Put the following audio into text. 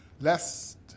Lest